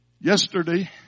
Yesterday